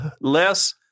less